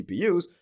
CPUs